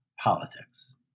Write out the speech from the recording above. politics